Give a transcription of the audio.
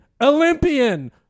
Olympian